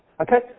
Okay